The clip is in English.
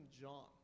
John